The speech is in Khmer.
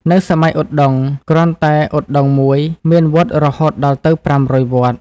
នៅសម័យឧត្តុង្គ គ្រាន់តែឧត្តុង្គមួយ មានវត្តរហូតដល់ទៅ ៥០០វត្ត ។